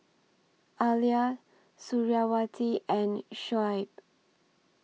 Alya Suriawati and Shoaib